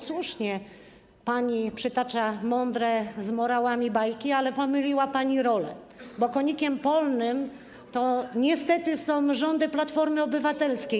Słusznie pani przytacza mądre bajki z morałami, ale pomyliła pani role, bo konikiem polnym to niestety są rządy Platformy Obywatelskiej.